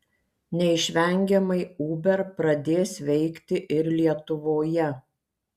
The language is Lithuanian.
neišvengiamai uber pradės veikti ir lietuvoje